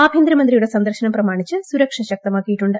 ആഭ്യന്തരമന്ത്രിയുടെ സന്ദർശനം പ്രമാണിച്ച് സുരക്ഷ ശക്തമാക്കിയിട്ടു്ണ്ട്